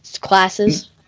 classes